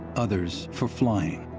others for flying